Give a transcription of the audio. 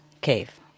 cave